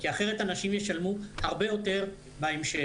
כי אחרת אנשים ישלמו הרבה יותר בהמשך.